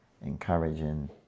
encouraging